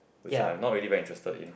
which I'm not really very interested in